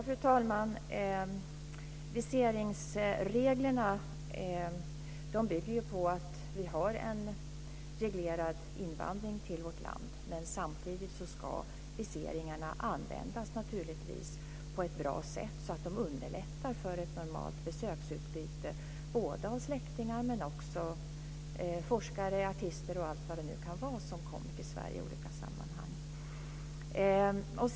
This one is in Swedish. Fru talman! Viseringsreglerna bygger på att vi har en reglerad invandring till vårt land. Men samtidigt ska viseringarna naturligtvis användas på ett bra sätt så att de underlättar för ett normalt besöksutbyte av släktingar och även av forskare, artister och vilka det nu kan vara som kommer till Sverige i olika sammanhang.